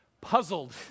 Puzzled